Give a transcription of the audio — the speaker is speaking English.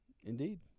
Indeed